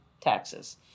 taxes